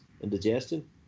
Indigestion